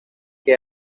que